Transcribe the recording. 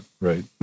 right